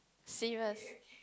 serious